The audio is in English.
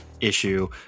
issue